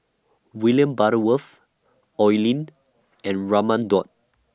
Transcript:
William Butterworth Oi Lin and Raman Daud